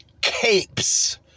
capes